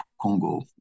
Congo